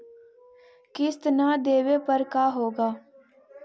किस्त न देबे पर का होगा?